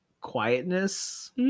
quietness